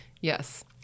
Yes